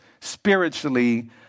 spiritually